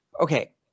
okay